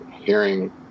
hearing